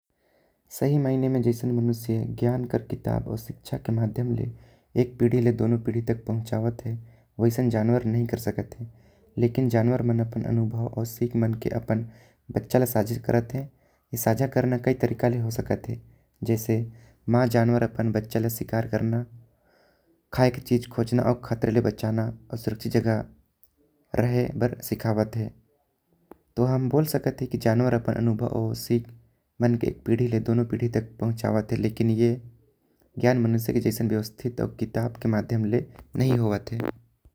सही मायने में जैसन मनुष्य ज्ञान कर किताब आऊ। शिक्षा के माध्यम ले एक पीढ़ी ले दोनों पीढ़ी तक पहुंचावत हे। ओसन जानवर नई कर सकत हे लेकिन जानवर मन अपन अनुभव आऊ। सिख मन के अपन बच्चा ल साझा करत हे ए साझा कई तरीका ले हो सकत हे। जाईसे मां जानवर अपन बच्चा ल शिकार करना खाए के चीज खोजना आऊ। खतरे ले बचाना आऊ सुरक्षित जगह रहे बर सिखावत हे। तो हम बोल सकत ही की जानवर अपन अनुभव आऊ सिख मन के पीढ़ी ले। दोनों पीढ़ी तक पहुंचावत है लेकिन ए ज्ञान मनुष्य के जैसन व्यवस्थित। तो किताब के माध्यम ले नई हाेवत हे।